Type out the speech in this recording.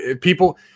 people